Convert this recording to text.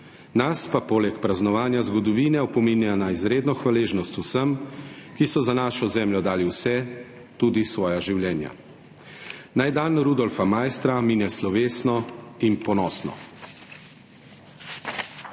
Nas pa poleg praznovanja zgodovine opominja na izredno hvaležnost vsem, ki so za našo zemljo dali vse, tudi svoja življenja. Naj dan Rudolfa Maistra mine slovesno in ponosno!